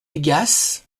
aygas